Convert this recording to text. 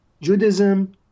Judaism